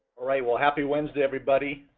right. well, happy wednesday everybody.